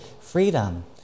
freedom